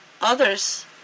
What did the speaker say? others